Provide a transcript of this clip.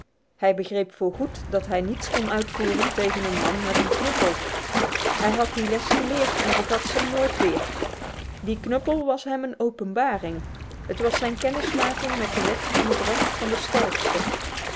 hij begreep voorgoed dat hij niets kon uitvoeren tegen een man met een knuppel hij had die les geleerd en vergat ze nooit weer die knuppel was hem een openbaring het was zijn kennismaking met de wet van het recht van den sterkste